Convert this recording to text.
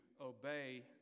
obey